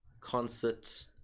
concert